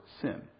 sin